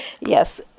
Yes